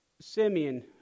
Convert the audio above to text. Simeon